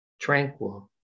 tranquil